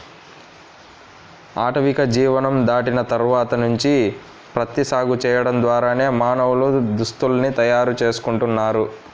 ఆటవిక జీవనం దాటిన తర్వాత నుంచి ప్రత్తి సాగు చేయడం ద్వారానే మానవులు దుస్తుల్ని తయారు చేసుకుంటున్నారు